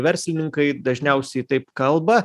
verslininkai dažniausiai taip kalba